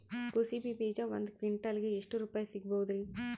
ಕುಸಬಿ ಬೀಜ ಒಂದ್ ಕ್ವಿಂಟಾಲ್ ಗೆ ಎಷ್ಟುರುಪಾಯಿ ಸಿಗಬಹುದುರೀ?